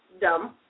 dumb